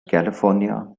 california